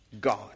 God